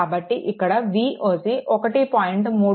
కాబట్టి ఇక్కడ Voc 1